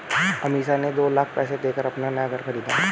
अमीषा ने दो लाख पैसे देकर अपना नया घर खरीदा